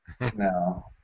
no